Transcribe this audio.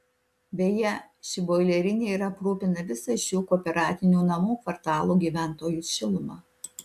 beje ši boilerinė ir aprūpina visą šių kooperatinių namų kvartalų gyventojus šiluma